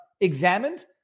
examined